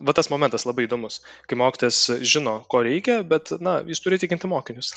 va tas momentas labai įdomus kai mokytojas žino ko reikia bet na jis turi įtikinti mokinius